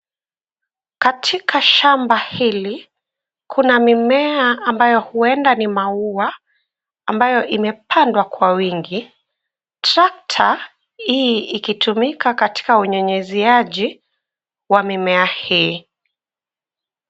Katika shamba hili kuna mimea ambayo huenda ni maua ambayo imepandwa kwa wingi. Trekta hii ikitumika katika unyunyiziaji wa mimea hii.